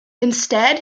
instead